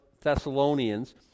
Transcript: Thessalonians